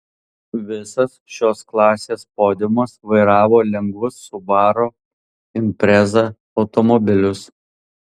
visas šios klasės podiumas vairavo lengvus subaru impreza automobilius